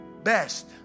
best